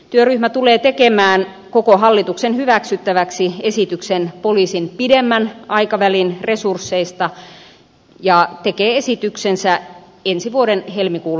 työryhmä tulee tekemään koko hallituksen hyväksyttäväksi esityksen poliisin pidemmän aikavälin resursseista ja tekee esityksensä ensi vuoden helmikuun loppuun mennessä